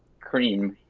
cream.